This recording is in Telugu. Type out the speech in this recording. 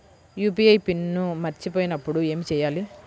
యూ.పీ.ఐ పిన్ మరచిపోయినప్పుడు ఏమి చేయాలి?